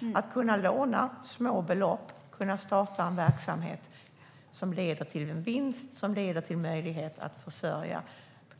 Det handlar om att kunna låna små belopp och starta en verksamhet som leder till en vinst och en möjlighet för